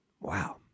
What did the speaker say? Wow